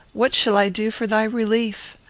what shall i do for thy relief?